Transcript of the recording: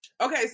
Okay